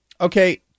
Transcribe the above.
Okay